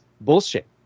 bullshit